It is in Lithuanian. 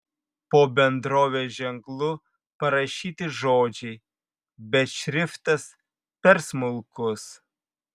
po bendrovės ženklu parašyti žodžiai bet šriftas per smulkus